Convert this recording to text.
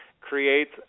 creates